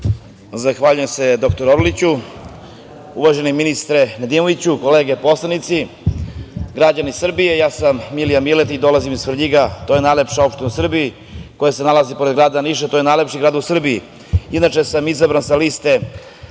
Zahvaljujem se, dr Orliću. Uvaženi ministre Nedimoviću, kolege poslanici, građani Srbije, ja sam Milija Miletić i dolazim iz Svrljiga. To je najlepša opština u Srbiji koja se nalazi pored grada Niša, a to je najlepši grad u Srbiji. Inače, izabran sam sa liste